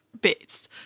bits